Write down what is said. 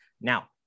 Now